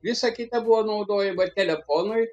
visa kita buvo naudojama telefonui